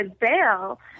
bail